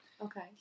Okay